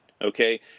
okay